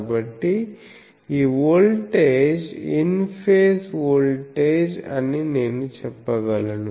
కాబట్టి ఈ voltage in phase voltage అని నేను చెప్పగలను